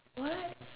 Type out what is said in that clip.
what